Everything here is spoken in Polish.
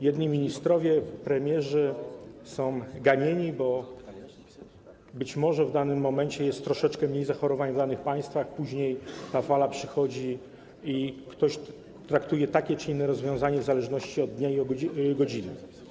Jedni ministrowie, premierzy są ganieni, bo być może w danym momencie jest troszeczkę mniej zachorowań w danych państwach, ta fala przychodzi później i ktoś traktuje, ocenia takie czy inne rozwiązanie w zależności od dnia i godziny.